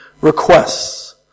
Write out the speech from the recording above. requests